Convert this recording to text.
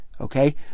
Okay